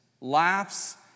laughs